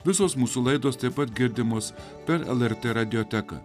visos mūsų laidos taip pat girdimos per lrt radiotechnika